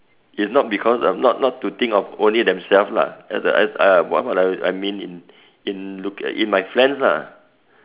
it's not because um not not not to think of only themselves lah as I as I what I mean in in looking in my friends lah